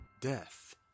Death